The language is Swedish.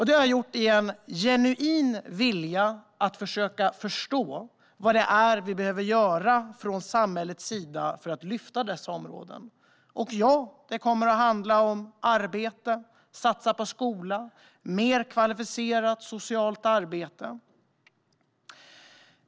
Det har jag gjort utifrån en genuin vilja att försöka förstå vad samhället behöver göra för att lyfta upp dessa områden. Ja, det kommer att handla om arbete, om att satsa på skolan och om mer kvalificerat socialt arbete.